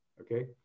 okay